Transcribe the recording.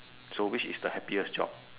so which is the happiest job